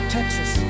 Texas